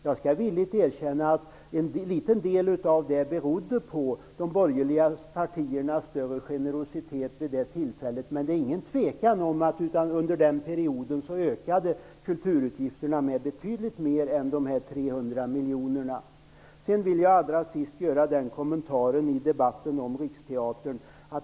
Jag skall gärna erkänna att det här till en del berodde på de borgerliga partiernas större generositet vid det aktuella tillfället. Det råder dock inget tvivel om att kulturutgifterna under den perioden ökade med betydligt mer än de här 300 miljonerna. Allra sist en kommentar med anledning av debatten om Riksteatern.